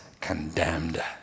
condemned